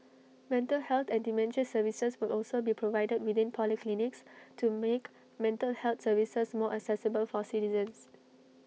mental health and dementia services will also be provided within polyclinics to make mental health services more accessible for citizens